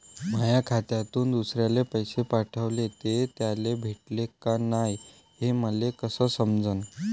माया खात्यातून दुसऱ्याले पैसे पाठवले, ते त्याले भेटले का नाय हे मले कस समजन?